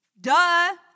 Duh